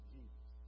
Jesus